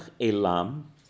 elam